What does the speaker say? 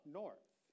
north